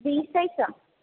beach site